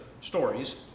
stories